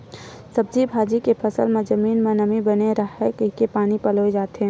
सब्जी भाजी के फसल म जमीन म नमी बने राहय कहिके पानी पलोए जाथे